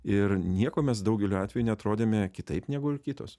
ir nieko mes daugeliu atveju neatrodėme kitaip negu kitos